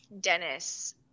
Dennis